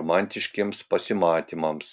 romantiškiems pasimatymams